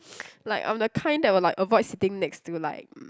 like I'm the kind that will like avoid sitting next to like mm